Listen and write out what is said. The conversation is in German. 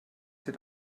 den